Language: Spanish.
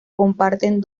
comparten